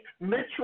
Mitchell